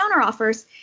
counteroffers